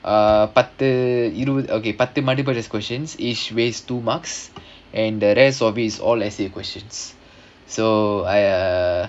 uh பத்து இருபது:pathu irubathu okay பத்து:pathu multiple choice questions each ways to marks and the rest of it is all essay questions so I uh